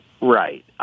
Right